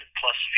plus